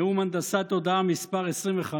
נאום הנדסת תודעה מס' 25,